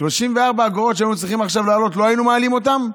34 אגורות שהיינו צריכים עכשיו להעלות ולא היינו מעלים אותן,